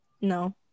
No